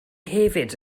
hefyd